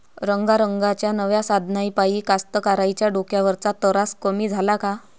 रंगारंगाच्या नव्या साधनाइपाई कास्तकाराइच्या डोक्यावरचा तरास कमी झाला का?